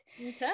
Okay